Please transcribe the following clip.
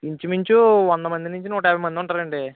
ఇంచుమించు వంద మంది నుంచి నూట యాభై మంది ఉంటారండి